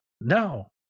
no